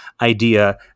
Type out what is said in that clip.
idea